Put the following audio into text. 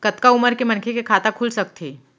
कतका उमर के मनखे के खाता खुल सकथे?